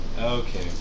Okay